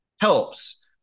helps